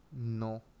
No